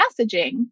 messaging